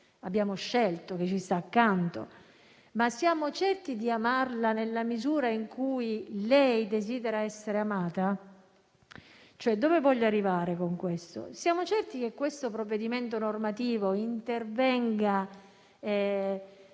abbiamo scelto e che ci sta accanto, ma siamo certi di amarla nella misura in cui lei desidera essere amata? Dove voglio arrivare con questo? Voglio dire: siamo certi che questo provvedimento normativo intervenga a